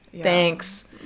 Thanks